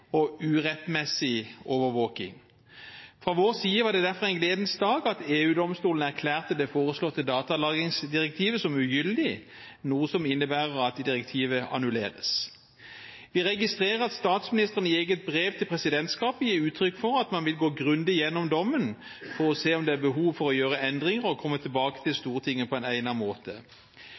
og urettmessig overvåking. Fra vår side var det derfor en gledens dag at EU-domstolen erklærte det foreslåtte datalagringsdirektivet som ugyldig, noe som innebærer at direktivet annulleres. Vi registrerer at statsministeren i eget brev til presidentskapet gir uttrykk for at man vil gå grundig gjennom dommen for å se om det er behov for å gjøre endringer og komme tilbake til Stortinget på en egnet måte.